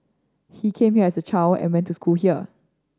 he came here as a child and went to school here